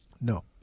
No